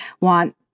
want